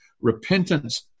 repentance